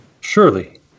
Surely